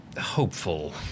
hopeful